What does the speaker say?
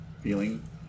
feeling